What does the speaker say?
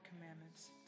commandments